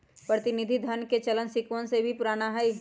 प्रतिनिधि धन के चलन सिक्कवन से भी पुराना हई